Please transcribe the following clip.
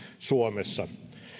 suomessa